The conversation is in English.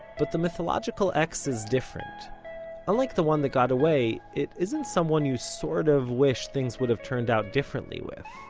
but the mythological ex is different unlike the one that got away, it isn't someone you sort of wish things would have turned out differently with.